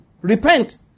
Repent